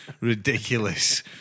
ridiculous